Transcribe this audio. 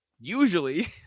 usually